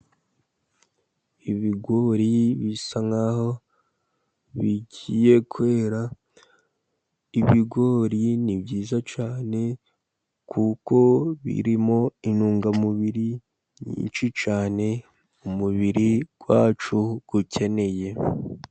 Ibigori bisa nk'aho bigiye kwera. Ibigori ni byiza cyane kuko birimo intungamubiri nyinshi cyane, umubiri wacu ukeneye.